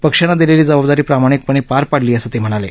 पक्षानं दिलेली जबाबदारी प्रामाणिकपणानं पार पाडली असं ते म्हणाले